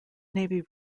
navy